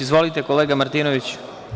Izvolite, kolega Martinoviću.